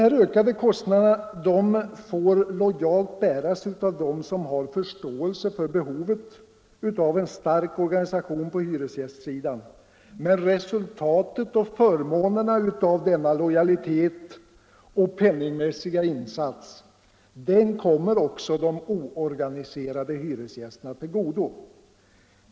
Dessa ökade kostnader får lojalt bäras av dem som har förståelse för behovet av en stark organisation på hyresgästsidan, men resultatet och förmånerna av denna lojalitet och pen ningmässiga insats kommer också de oorganiserade hyresgästerna till godo.